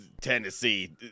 Tennessee